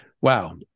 Wow